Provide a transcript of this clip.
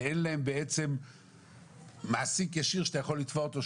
ואין להם בעצם מעסיק ישיר שאתה יכול לתבוע אותו,